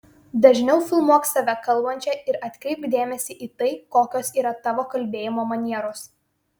dažniau filmuok save kalbančią ir atkreipk dėmesį į tai kokios yra tavo kalbėjimo manieros